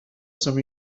some